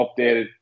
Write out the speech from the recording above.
updated